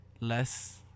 less